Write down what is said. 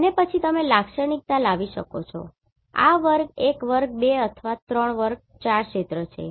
અને પછી તમે લાક્ષણિકતા લાવી શકો છો આ વર્ગ એક વર્ગ બે અથવા વર્ગ ત્રણ વર્ગ ચાર ક્ષેત્રો છે